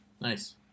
Nice